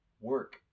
work